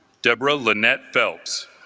debra lynette phelps